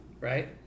right